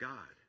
God